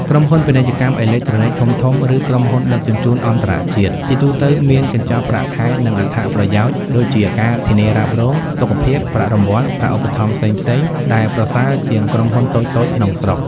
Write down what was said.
ក្រុមហ៊ុន ពាណិជ្ជកម្មអេឡិចត្រូនិក ធំៗ ឬក្រុមហ៊ុនដឹកជញ្ជូនអន្តរជាតិ ជាទូទៅមានកញ្ចប់ប្រាក់ខែ និងអត្ថប្រយោជន៍ (ដូចជា ការធានារ៉ាប់រង សុខភាព ប្រាក់រង្វាន់ ប្រាក់ឧបត្ថម្ភផ្សេងៗ) ដែលប្រសើរជាងក្រុមហ៊ុនតូចៗក្នុងស្រុក។